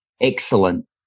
excellent